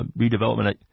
redevelopment